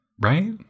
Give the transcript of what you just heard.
right